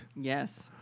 Yes